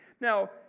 Now